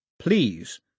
Please